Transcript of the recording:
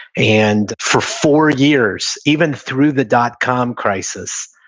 and for four years, even through the dot-com crisis,